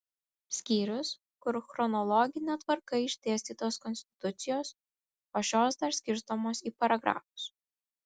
skyrius kur chronologine tvarka išdėstytos konstitucijos o šios dar skirstomos į paragrafus